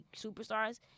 superstars